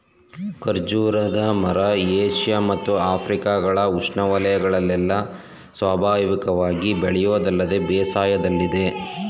ಖರ್ಜೂರದ ಮರ ಏಷ್ಯ ಮತ್ತು ಆಫ್ರಿಕಗಳ ಉಷ್ಣವಯಗಳಲ್ಲೆಲ್ಲ ಸ್ವಾಭಾವಿಕವಾಗಿ ಬೆಳೆಯೋದಲ್ಲದೆ ಬೇಸಾಯದಲ್ಲಿದೆ